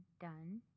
done